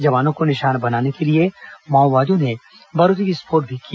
जवानों को निशाना बनाने के लिए माओवादियों ने बारूदी विस्फोट भी किया